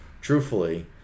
truthfully